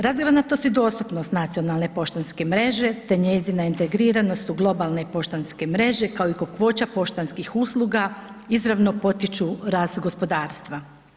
Razgranatost i dostupnost nacionalne poštanske mreže, te njezina integriranost u globalne i poštanske mreže, kao i kakvoća poštanskih usluga izravno potiču rast gospodarstva.